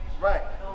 Right